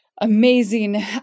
amazing